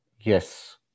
Yes